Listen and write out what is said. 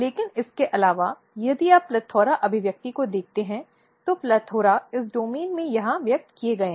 लेकिन इसके अलावा यदि आप PLETHORA अभिव्यक्ति को देखते हैं तो PLETHORAS इस डोमेन में यहां व्यक्त किए गए हैं